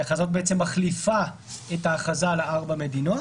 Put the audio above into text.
כי ההכרזה הזאת בעצם מחליפה את ההכרזה על ארבע המדינות.